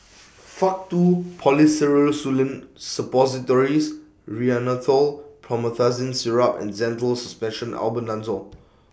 Faktu Policresulen Suppositories Rhinathiol Promethazine Syrup and Zental Suspension Albendazole